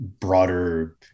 broader